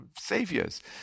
saviors